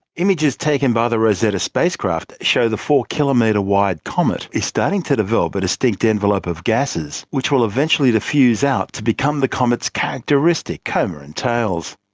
images taken by the rosetta spacecraft show the four-kilometre wide comet is starting to develop a but distinct envelope of gases which will eventually diffuse out to become the comet's characteristic coma and tails.